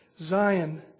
Zion